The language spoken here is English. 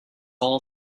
all